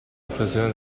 occasione